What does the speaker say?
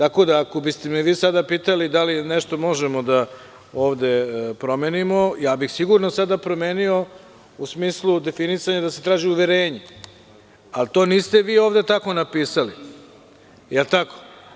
Ako biste me vi sada pitali da li nešto možemo da promenimo, ja bih sigurno sada promenio u smislu definisanja da se traži uverenje, ali niste vi to ovde tako napisali, jel tako?